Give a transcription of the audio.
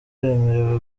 bemerewe